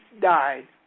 died